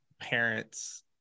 parents